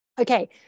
Okay